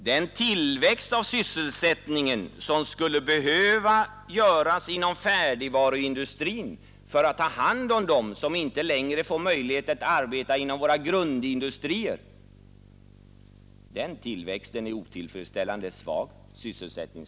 Den tillväxt av sysselsättningen, som skulle behövas inom färdigvaruindustrin för att ta hand om dem som inte längre får möjligheter att arbeta inom våra grundindustrier, är otillfredsställande svag.